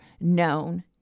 known